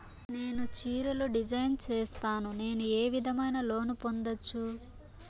నేను చీరలు డిజైన్ సేస్తాను, నేను ఏ విధమైన లోను పొందొచ్చు